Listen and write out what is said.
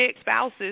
spouses